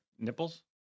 nipples